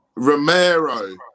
Romero